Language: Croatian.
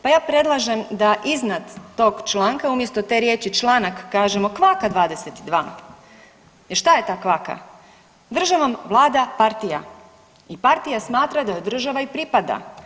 Pa ja predlažem da iznad tog članka umjesto te riječi članak kažemo kvaka 22. jer šta je ta kvaka, državom vlada partija i partija smatra da joj država i pripada.